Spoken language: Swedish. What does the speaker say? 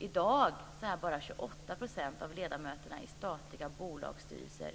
I dag är bara 28 % av ledamöterna i statliga bolagsstyrelser